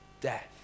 death